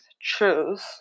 choose